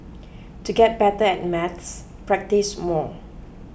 to get better at maths practise more